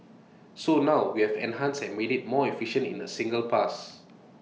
so now we have enhanced and made IT more efficient in A single pass